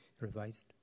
revised